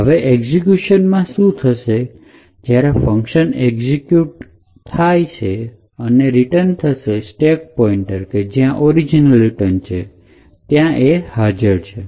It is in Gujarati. હવે એક્ઝિક્યુશન માં શું થશે કે જ્યારે ફંકશન એક્ઝિક્યુટ થાય છે અને રિટર્ન થશે સ્ટેક પોઇન્ટ જ્યાં ઓરીજીનલ રિટર્ન છે ત્યાં હાજર છે